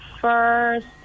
first